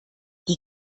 die